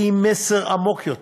כי אם מסר עמוק יותר,